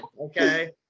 Okay